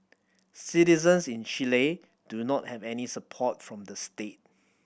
citizens in Chile do not have any support from the state